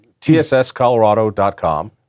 TSSColorado.com